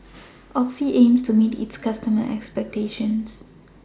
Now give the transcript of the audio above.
Oxy aims to meet its customers' expectations